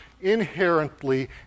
inherently